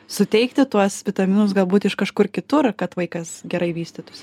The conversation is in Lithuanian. suteikti tuos vitaminus galbūt iš kažkur kitur kad vaikas gerai vystytųsi